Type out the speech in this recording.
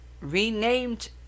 renamed